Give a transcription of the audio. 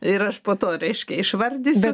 ir aš po to reiškia išvardysiu